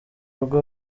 rugo